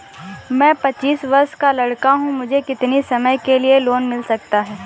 मैं पच्चीस वर्ष का लड़का हूँ मुझे कितनी समय के लिए लोन मिल सकता है?